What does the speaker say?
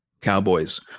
Cowboys